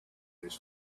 this